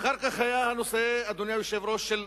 אדוני היושב-ראש,